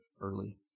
early